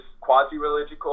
quasi-religious